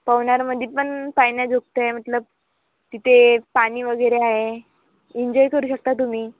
पवनारमध्ये पण पाहण्याजोगतं आहे मतलब तिथे पाणी वगैरे आहे इंजॉय करू शकता तुम्ही